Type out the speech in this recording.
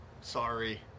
Sorry